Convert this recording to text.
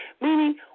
meaning